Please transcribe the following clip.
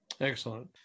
Excellent